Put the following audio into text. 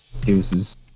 deuces